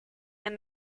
and